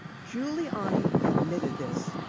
giuliani admitted this.